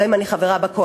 גם אם אני חברה בקואליציה.